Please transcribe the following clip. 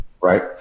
Right